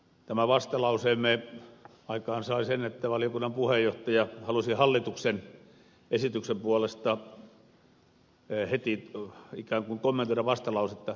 tämä vastalauseemme aikaansai sen että valiokunnan puheenjohtaja halusi hallituksen esityksen puolesta heti ikään kuin kommentoida vastalausetta